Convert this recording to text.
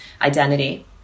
identity